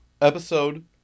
episode